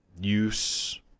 use